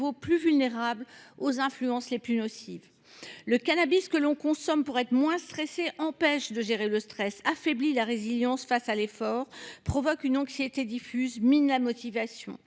plus vulnérable aux influences les plus nocives. Le cannabis que l’on consomme pour être moins stressé empêche de gérer le stress, affaiblit la résilience face à l’effort, provoque une anxiété diffuse et mine la motivation.